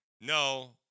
no